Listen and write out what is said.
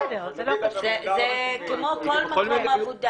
זה כמו כל מקום עבודה.